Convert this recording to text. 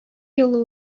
юлы